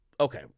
okay